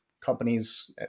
companies